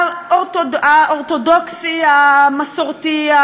האורתודוקסי המסורתי,